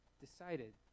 decided